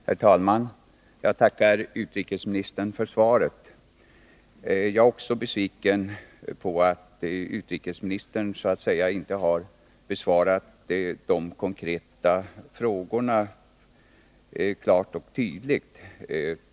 Herr talman! Jag tackar utrikesministern för svaret. Också jag är besviken på att utrikesministern inte har besvarat de konkreta frågorna klart och tydligt.